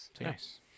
nice